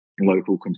local